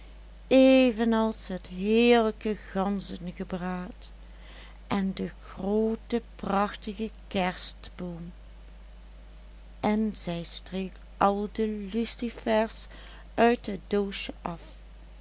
evenals het heerlijke ganzengebraad en de groote prachtige kerstboom en zij streek al de lucifers uit het doosje af